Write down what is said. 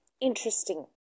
Interesting